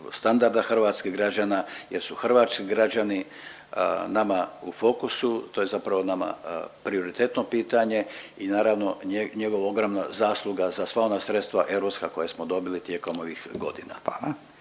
standarda hrvatskih građana, jer su hrvatski građani nama u fokusu. To je zapravo nama prioritetno pitanje i naravno njegova ogromna zasluga za sva ona sredstva europska koja smo dobili tijekom ovih godina.